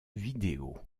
vidéo